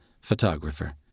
Photographer